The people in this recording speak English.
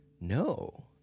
no